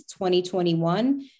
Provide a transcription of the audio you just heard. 2021